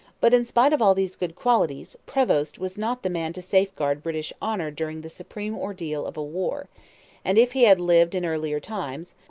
but, in spite of all these good qualities, prevost was not the man to safeguard british honour during the supreme ordeal of a war and if he had lived in earlier times,